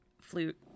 flute